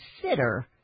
consider